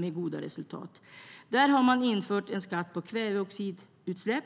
med goda resultat. Där har man infört en skatt på kväveoxidutsläpp.